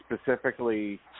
Specifically